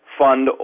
fund